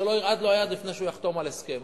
ולא תרעד לו היד לפני שהוא יחתום על הסכם.